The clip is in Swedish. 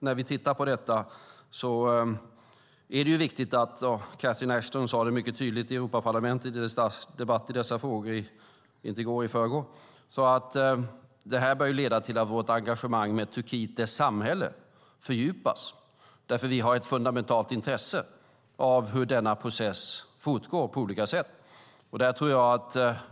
Catherine Ashton sade mycket tydligt i Europaparlamentets debatt i dessa frågor i förrgår att detta bör leda till att vårt engagemang i Turkiets samhälle fördjupas, för vi har ett fundamentalt intresse av hur denna process fortgår på olika sätt.